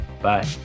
bye